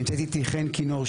נמצאת איתי חן כינור,